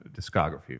discography